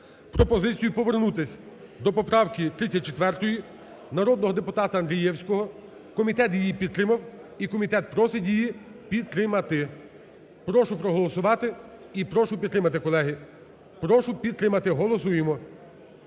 пропозицію повернутися до поправки 34 народного депутата Андрієвського. Комітет її підтримав і комітет просить її підтримати. Прошу проголосувати і прошу підтримати, колеги, прошу підтримати, голосуємо.